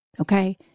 Okay